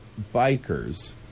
bikers